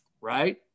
right